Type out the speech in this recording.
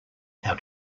how